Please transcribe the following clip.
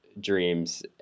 dreams